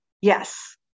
Yes